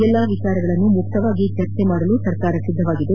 ಎಲ್ಲ ವಿಚಾರಗಳನ್ನು ಮುಕ್ತವಾಗಿ ಚರ್ಚೆ ಮಾಡಲು ಸರ್ಕಾರ ಸಿದ್ದವಿದೆ